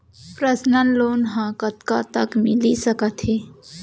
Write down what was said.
Personal loan ह कतका तक मिलिस सकथे?